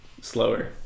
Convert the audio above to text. slower